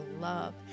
love